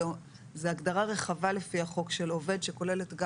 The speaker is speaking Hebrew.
זו הגדרה רחבה לפי החוק של עובד שכוללת גם